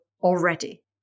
already